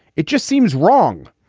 it just seems wrong.